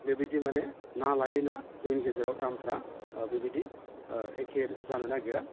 बेबायदि माने ना लायै ना जोंनि गेजेराव दामफ्रा बेबायदि एक्के जानो नागिरा